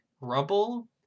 rubble